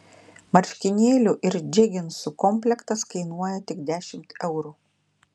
marškinėlių ir džeginsų komplektas kainuoja tik dešimt eurų